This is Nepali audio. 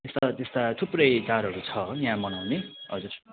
त्यस्ता त्यस्ता थुप्रै चाडहरू छन् यहाँ मनाउने हजुर